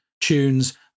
tunes